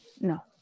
No